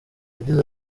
yagize